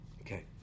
okay